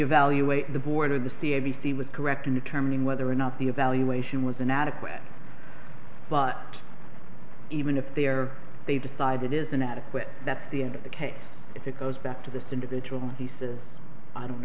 evaluate the board or the c a b c was correct in determining whether or not the evaluation was inadequate but even if they are they decide it is inadequate that's the end of the case it's a goes back to this individual and he says i don't